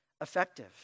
effective